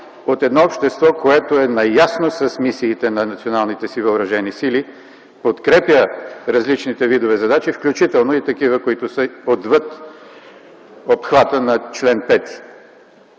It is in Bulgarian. от едно общество, което е наясно с мисиите на националните си въоръжени сили, подкрепя различните видове задачи, включително и такива, които са отвъд обхвата на чл. 5.